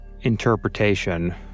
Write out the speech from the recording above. interpretation